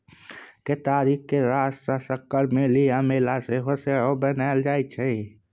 केतारी केर रस सँ सक्कर, मेली आ मोलासेस सेहो बनाएल जाइ छै